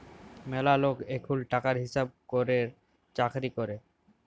ম্যালা লক এখুল টাকার হিসাব ক্যরের চাকরি ক্যরে